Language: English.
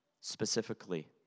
Specifically